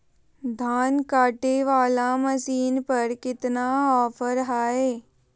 धान कटे बाला मसीन पर कतना ऑफर हाय?